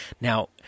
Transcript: Now